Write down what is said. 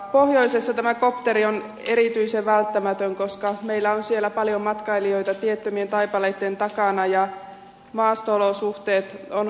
pohjoisessa tämä kopteri on erityisen välttämätön koska meillä on siellä paljon matkailijoita tiettömien taipaleitten takana ja maasto olosuhteet ovat haastavia